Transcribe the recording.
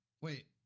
Wait